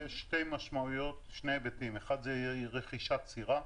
יש שני היבטים: האחד זה רכישת סירה.